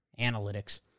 Analytics